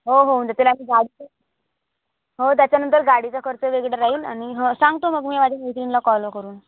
हो हो होऊन जातील आणि गाडीचं हो त्याच्यानंतर गाडीचा खर्च वेगळा राहील आणि हं सांगतो मग मी माझ्या मैत्रिणीला कॉल करून